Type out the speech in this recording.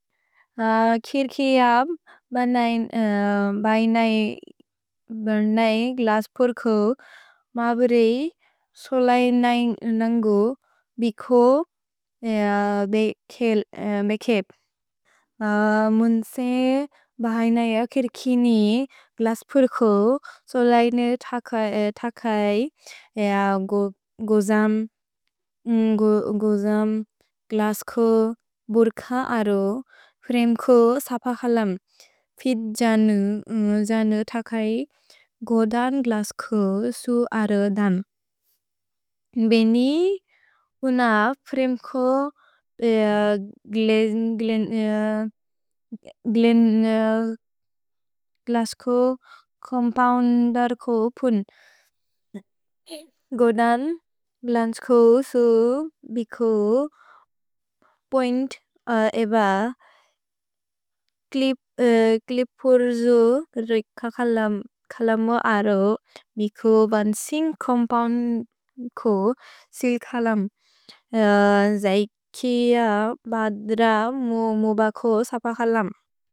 किर्किअ बैनै ग्लस्पुर्कु मब्रि सोलैनै नन्गु बिकु बेकेप्। मुन्से बैनैअ किर्किनि ग्लस्पुर्कु सोलैनै तकै गोजम् ग्लस्कु बुर्क अरो, फ्रेम्कु सपखलम्, फित् जनु तकै गोदन् ग्लस्कु सु अर दन्। भेनि उन फ्रेम्कु ग्लस्कु कोम्पौन्दर्कु पुन् गोदन् ग्लस्कु सु बिकु पोइन्त् एब क्लिपुर्जु रिककलमु अरो बिकु बन्सिन् कोम्पौन्द्कु सिल्खलम्, जैकिअ बद्र मुमुबकु सपखलम्।